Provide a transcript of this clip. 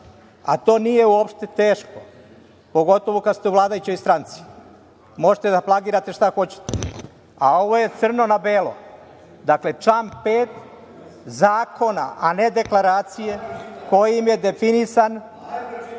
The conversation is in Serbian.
A to nije uopšte teško, pogotovo kad ste u vladajućoj stranci. Možete da plagirate šta hoćete. Ovo je crno na belo. Dakle, član 5. zakona, a ne deklaracije, kojim je definisano